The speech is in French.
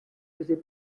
faisait